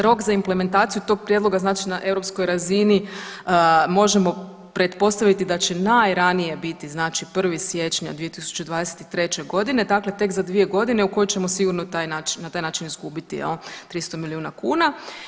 Rok za implementaciju tog prijedloga znači na europskoj razini možemo pretpostaviti da će najranije biti znači 1. siječnja 2023. godine, dakle tek za dvije godine u koje ćemo sigurno na taj način izgubiti jel' 300 milijuna kuna.